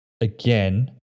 again